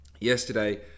yesterday